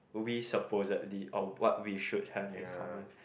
we supposedly or what we should have in common